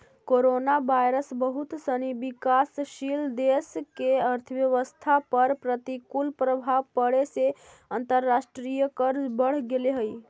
coronavirus बहुत सनी विकासशील देश के अर्थव्यवस्था पर प्रतिकूल प्रभाव पड़े से अंतर्राष्ट्रीय कर्ज बढ़ गेले हई